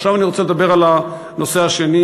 עכשיו אני רוצה לדבר על הנושא השני,